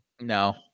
no